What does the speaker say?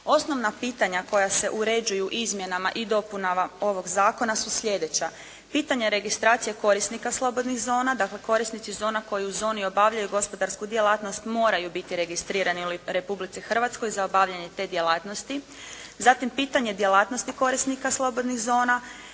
Osnovna pitanja koja se uređuju izmjenama i dopunama ovog zakona su sljedeća: pitanja registracije korisnika slobodnih zona. Dakle korisnici zona koji u zoni obavljaju gospodarsku djelatnost moraju biti registrirani u Republici Hrvatskoj za obavljanje te djelatnosti. Zatim pitanje djelatnosti korisnika slobodnih zona.